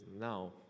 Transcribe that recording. now